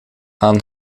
aan